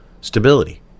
stability